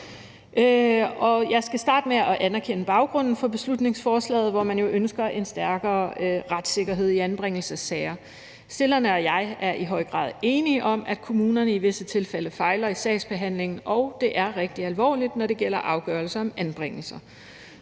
Jeg skal starte med at anerkende baggrunden for beslutningsforslaget, hvor man jo ønsker en stærkere retssikkerhed i anbringelsessager. Forslagsstillerne og jeg er i høj grad enige om, at kommunerne i visse tilfælde fejler i sagsbehandlingen, og det er rigtig alvorligt, når det gælder afgørelser om anbringelser.